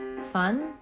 fun